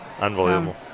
Unbelievable